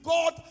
God